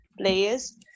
players